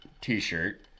t-shirt